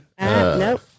Nope